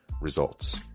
results